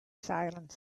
silence